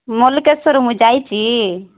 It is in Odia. ମଲ୍ଲିକେଶ୍ଵର ମୁଁ ଯାଇଛି